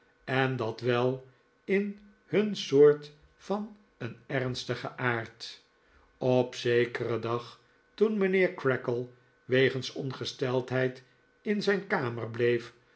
en dat wel in hun soort van een ernstigen aard op zekeren dag toen mijnheer creakle wegens ongesteldheid in zijn kamer bleef